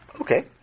Okay